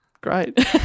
Great